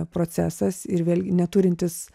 procesas ir vėlgi neturintis